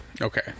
okay